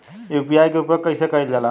UPI के उपयोग कइसे कइल जाला?